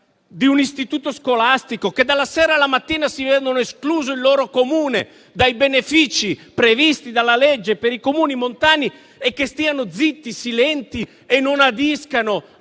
di un istituto scolastico che dalla sera alla mattina vedono escluso il loro Comune dai benefici previsti dalla legge per i Comuni montani? E immaginiamo che restino zitti e silenti e non adiscano